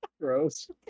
Gross